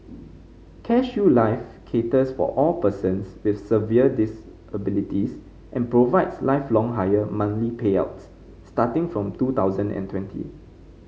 CareShield Life caters for all persons with severe disabilities and provides lifelong higher monthly payouts starting from two thousand and twenty